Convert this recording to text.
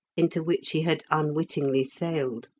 into which he had unwittingly sailed.